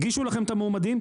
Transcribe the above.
הגישו לכם את המועמדים,